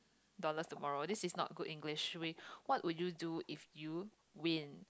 dollars tomorrow this is not good English we what would you do if you win